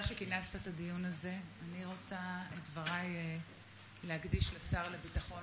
מחדש את ישיבת הכנסת שנקבעה לצורך הנחת התקציב,